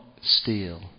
steal